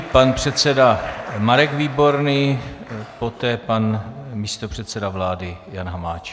Pan předseda Marek Výborný, poté pan místopředseda vlády Jan Hamáček.